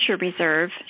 reserve